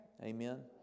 Amen